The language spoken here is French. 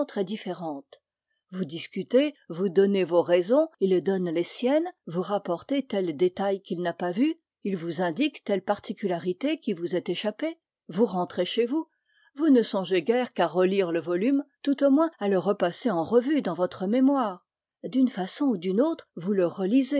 différente vous discutez vous donnez vos raisons il donne les siennes vous rapportez tel détail qu'il n'a pas vu il vous indique telle particularité qui vous est échappée vous rentrez chez vous vous ne songez guère qu'à relire le volume tout au moins à le repasser en revue dans votre mémoire d'une façon ou d'une autre vous le relisez